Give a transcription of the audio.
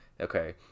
okay